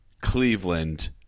Cleveland